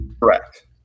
Correct